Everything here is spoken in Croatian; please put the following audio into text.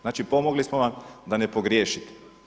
Znači, pomogli smo vam da ne pogriješite.